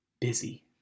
busy